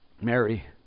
Mary